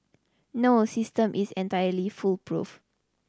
no system is entirely foolproof